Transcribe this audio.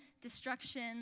destruction